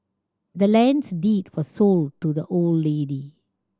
the land's deed was sold to the old lady